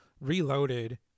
reloaded